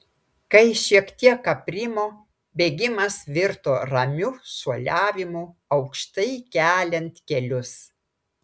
kai šiek tiek aprimo bėgimas virto ramiu šuoliavimu aukštai keliant kelius